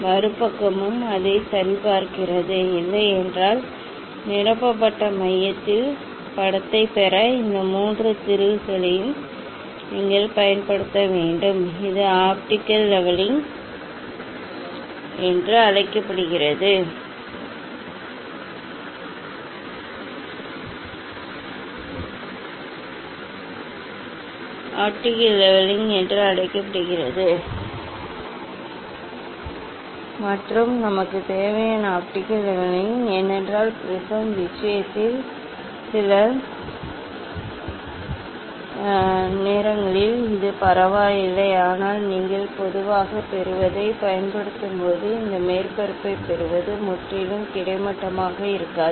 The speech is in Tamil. மறுபக்கமும் அதைச் சரிபார்க்கிறது இல்லையென்றால் நிரப்பப்பட்ட மையத்தில் படத்தைப் பெற இந்த மூன்று திருகுகளையும் நீங்கள் பயன்படுத்த வேண்டும் இது ஆப்டிகல் லெவலிங் என்று அழைக்கப்படுகிறது மற்றும் நமக்குத் தேவையான ஆப்டிகல் லெவலிங் ஏனென்றால் ப்ரிஸம் விஷயத்தில் சில நேரங்களில் இது பரவாயில்லை ஆனால் நீங்கள் பொதுவாகப் பெறுவதைப் பயன்படுத்தும்போது இந்த மேற்பரப்பைப் பெறுவது முற்றிலும் கிடைமட்டமாக இருக்காது